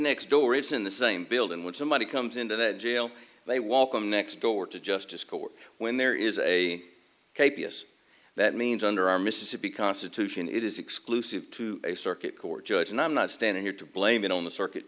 next door it's in the same building when somebody comes into that jail they walk in next door to justice court when there is a k b s that means under our mississippi constitution it is exclusive to a circuit court judge and i'm not standing here to blame it on the circuit